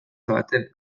batek